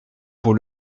pour